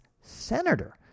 senator